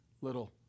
little